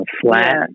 flat